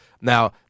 Now